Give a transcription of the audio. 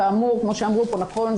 כמו שאמרו כאן נכון,